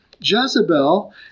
Jezebel